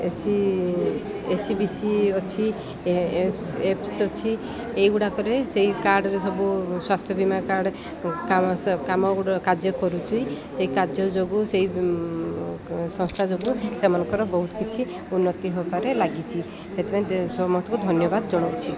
A C A C B C ଅଛି F ସ ଅଛି ଏଇ ଗୁଡ଼ାକରେ ସେଇ କାର୍ଡ୍ରେ ସବୁ ସ୍ୱାସ୍ଥ୍ୟ ବୀମା କାର୍ଡ୍ କାମ କାର୍ଯ୍ୟ କରୁଛି ସେଇ କାର୍ଯ୍ୟ ଯୋଗୁଁ ସେଇ ସଂସ୍ଥା ଯୋଗୁଁ ସେମାନଙ୍କର ବହୁତ କିଛି ଉନ୍ନତି ହେବାରେ ଲାଗିଛି ସେଥିପାଇଁ ସମସ୍ତଙ୍କୁ ଧନ୍ୟବାଦ ଜଣାଉଛି